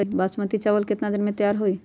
बासमती चावल केतना दिन में तयार होई?